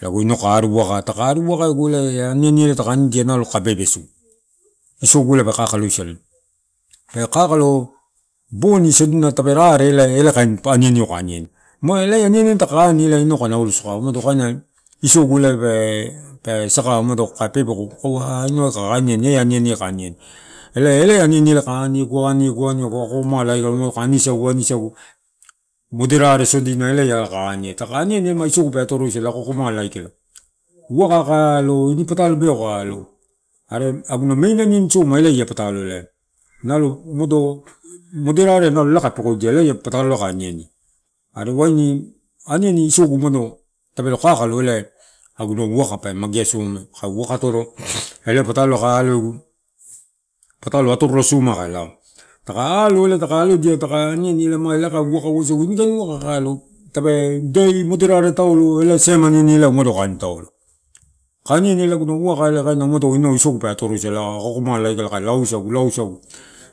Lago inau aru uwaka, taka aru uwaka ege elai ia aniani ela taka anidia nalo kaka bebesu. Isogu ela pe kaka, kalosala. Pekakalo boni sodina are tape elai kain aniani kai aniani. Ma elai ia aniani taka ani ma? Elai inau kai naulo saka umado kaina isogu pe saka umado kaka pepeko ah iaau aika kai aniani eh ia aniani eh aika aniani. Elai aniani ela kai aniegu aniegu, aniegu akomala aika ma kai anisagu, anisagu moderare sodina ela ia taka aniegu. Are taka aniani isogu pe atoroi sala ako akomala aika. Uwaka kai alo ini patalo beau kai alo, are aguna main aniani soma? Enia patalo elai, nalo umado, moderareai nalo la kai pekodia elai ia pataloua kai aniani are waini aniani isogu umado tupelo kakalo elai aguna uwaka pe magea soma. Kai uwaka atoro elai ia patalo kai alodiaegu, patalo atorola soma kai alo taka alo taka alodia taka aniani ma elo kai uwaka wasaguasa ini kain uwaka kai alo. Tape day moderare taula ela same aniani eh umado kai aniani taulo. Kai aniani ela aguna uwaka, umado inau isogu atoroisala akoakomala, aikala, kai lauisagu lauisagu,